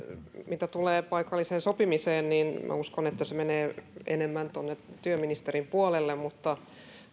mitä tulee paikalliseen sopimiseen niin minä uskon että se menee enemmän tuonne työministerin puolelle